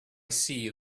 see